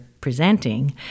presenting